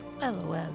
LOL